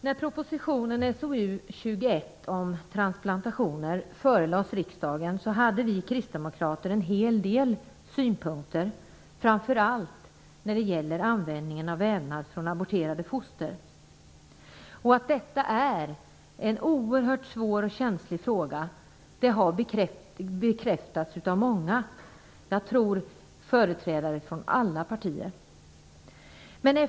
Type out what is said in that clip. När propositionen SoU21 om transplantationer förelades riksdagen hade vi kristdemokrater en hel del synpunkter framför allt när det gäller användningen av vävnad från aborterade foster. Att detta är en oerhört svår och känslig fråga har bekräftats av många företrädare från alla partier, tror jag.